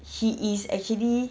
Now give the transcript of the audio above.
he is actually